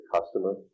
customer